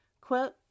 quote